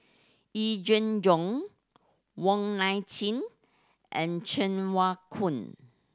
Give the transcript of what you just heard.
Yee Jenn Jong Wong Nai Chin and Cheng Wai Keung